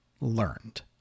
learned